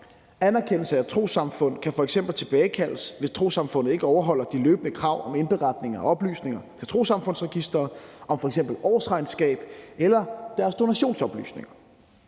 Anerkendelse af et trossamfund kan f.eks. tilbagekaldes, hvis trossamfundet ikke overholder krav om løbende indberetning af oplysninger til Trossamfundsregistret om f.eks. årsregnskab eller deres donationsoplysninger.